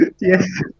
Yes